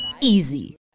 easy